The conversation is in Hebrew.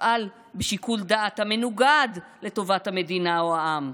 יפעל בשיקול דעת המנוגד לטובת המדינה או העם?